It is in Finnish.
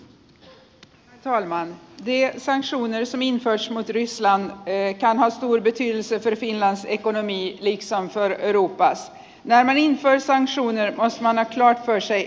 de sanktioner som införts mot ryssland kan ha stor betydelse för finlands ekonomi ericsson sai hiukan hämäriin kaisa soini liksom för europas